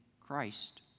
Christ